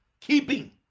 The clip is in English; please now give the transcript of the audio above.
keeping